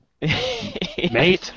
mate